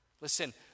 Listen